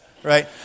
Right